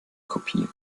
kopie